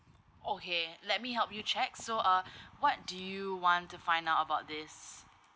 okay let me help you check so uh what do you want to find out about this